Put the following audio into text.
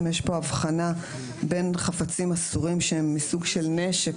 יש פה הבחנה בין חפצים אסורים שהם מסוג נשק,